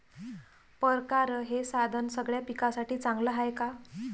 परकारं हे साधन सगळ्या पिकासाठी चांगलं हाये का?